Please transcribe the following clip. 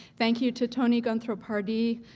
thank you to toni gunthrope-hardee,